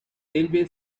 railway